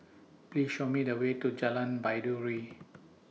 Please Show Me The Way to Jalan Baiduri